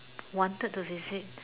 wanted to visit